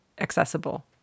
accessible